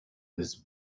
was